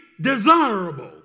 desirable